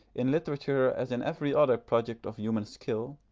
in literature, as in every other product of human skill,